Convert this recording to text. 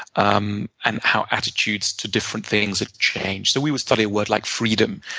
um and how attitudes to different things have changed. so we would study a word like freedom,